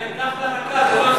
זה אקדח לרקה, זו לא סחיטה.